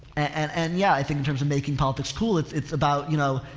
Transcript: and, and yeah, i think in terms of making politics cool it's, it's about, you know,